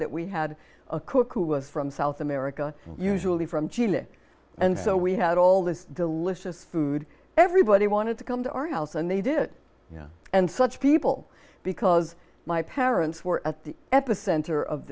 that we had a cook who was from south america usually from chile and so we had all this delicious food everybody wanted to come to our house and they did and such people because my parents were at the epicenter of